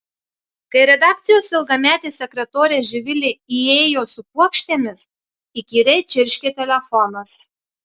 kai redakcijos ilgametė sekretorė živilė įėjo su puokštėmis įkyriai čirškė telefonas